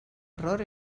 error